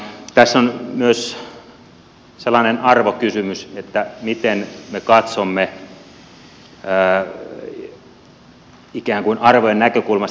tässä on myös sellainen arvokysymys että miten me katsomme tätä ikään kuin arvojen näkökulmasta